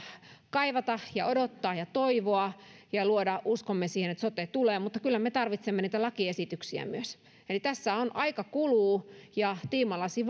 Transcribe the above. kaivata ja odottaa ja toivoa sitä ja luoda uskomme siihen että sote tulee mutta kyllä me tarvitsemme niitä lakiesityksiä myös eli tässä aika kuluu ja tiimalasi